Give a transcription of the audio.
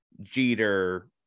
Jeter